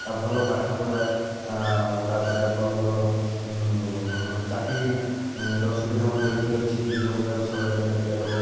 ଆଉ ଭଲ ପାଠପଢ଼ା ତାପରେ ଆପଣଙ୍କର ଚାକିରିର ସୁବିଧା ମଧ୍ୟ ଏଠି ଅଛି ବିଭିନ୍ନ ପ୍ରକାର ସରକାରୀ ମେଡ଼ିକାଲ ହେଉ